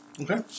Okay